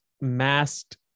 masked